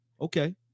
Okay